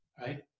Right